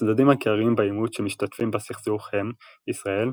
הצדדים העיקריים בעימות שמשתתפים בסכסוך הם ישראל,